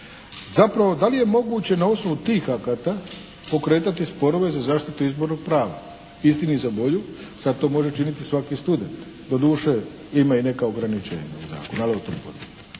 zapravo da li je moguće na osnovu tih akata pokretati sporove za zaštitu izbornog prava. Istini za volju sad to može činiti svaki student. Doduše, ima i neka ograničenja u zakonu,